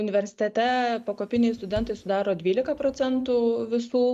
universitete pakopiniai studentai sudaro dvyliką procentų visų